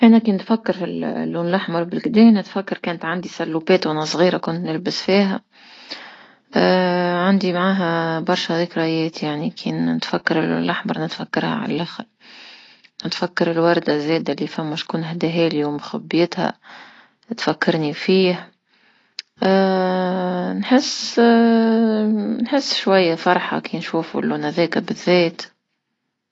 انا كنتفكر في اللون لحمر بلقدا نتفكر كانت عندي سلوبات وانا صغيرة كنت نلبس فيها عندي معاها برشا ذكريات يعني كي نتفكر لحمر نتفكرها على لخر، نتفكر الوردة الزايدة اللي فما شكون هدهالي ومخبيتها تفكرني نحس نحس شوية فرحة كي نشوفو لون هذكا بذات.